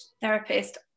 therapist